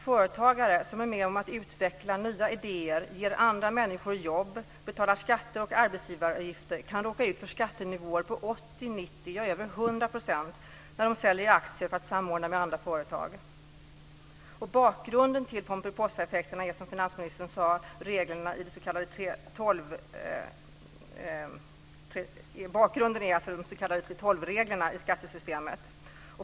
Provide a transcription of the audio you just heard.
Företagare som är med om att utveckla nya idéer, ger andra människor jobb, betalar skatter och arbetsgivaravgifter kan råka ut för skattenivåer på 80, 90 och över 100 % när de säljer aktier för att samordna med andra företag. Bakgrunden till pomperipossaeffekten är, som finansministern sade, de s.k. 3:12-reglerna i skattesystemet.